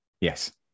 Yes